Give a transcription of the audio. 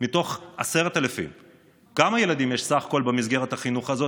מתוך 10,000. כמה ילדים יש בסך הכול במסגרת החינוך הזאת?